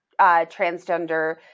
transgender